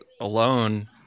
alone